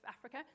Africa